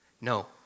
No